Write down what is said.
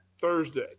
Thursday